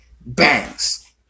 bangs